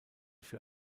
für